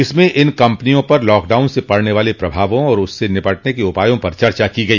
इसमें इन कम्पनियों पर लॉकडाउन से पड़ने वाले प्रभावों और उससे निपटने के उपायों पर चर्चा की गई